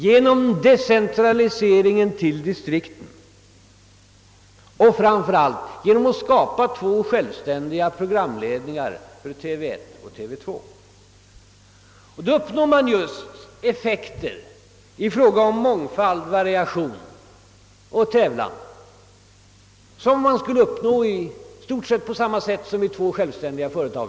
Genom de centralisering till distrikten och framför allt genom att skapa två självständiga programledningar för TV 1 och TV 2, vilka kan tävla med varandra, uppnår man effekten att vi får en stor variation på programmen, d. v. s. i stort sett samma effekt som man skulle uppnå om vi hade två självständiga företag.